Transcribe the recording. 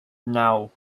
naw